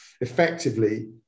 effectively